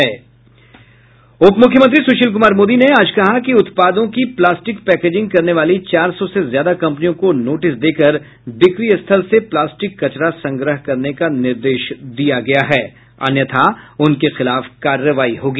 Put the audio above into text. उप मुख्यमंत्री सुशील कुमार मोदी ने कहा है कि कचरा फैलाने वाली प्लास्टिक पैकेजिंग करने वाली चार सौ से ज्यादा कम्पनियों को नोटिस देकर बिक्री स्थल से प्लास्टिक कचरा संग्रह करने का निर्देश दिया गया है अन्यथा उनके खिलाफ कार्रवाई होगी